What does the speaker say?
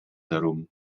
darum